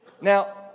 now